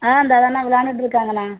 ஆ இந்தாதாணே விளாண்டுட்ருக்காங்கணே